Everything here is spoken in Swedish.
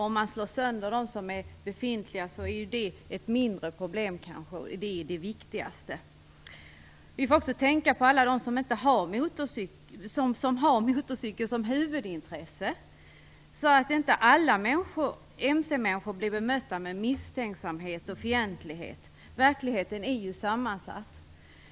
Om man slår sönder de befintliga blir det kanske ett mindre problem, och det är det viktigaste. Vi måste också tänka på alla dem som har motorcykel som huvudintresse, så att inte alla mcmänniskor blir bemötta med misstänksamhet och fientlighet. Verkligheten är ju sammansatt.